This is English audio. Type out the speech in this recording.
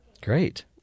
Great